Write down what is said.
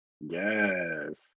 Yes